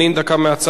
דקה מהצד.